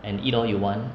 and eat all you want